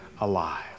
alive